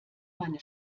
meine